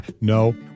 No